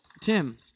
Tim